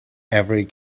every